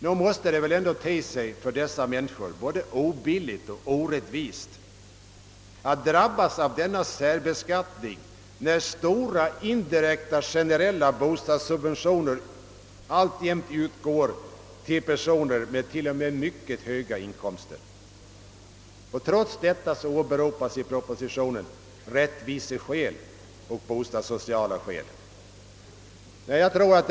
Nog måste det väl för dessa människor te sig både obilligt och orättvist att de skall drabbas av denna särbeskattning samtidigt som stora indirekta generella bostadssubventioner «utgår även till hyresgäster som har mycket höga inkomster. Trots detta åberopas i propositionen rättviseskäl och bostadssociala skäl för förslaget.